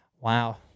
Wow